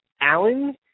Alan